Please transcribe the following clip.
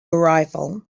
arrival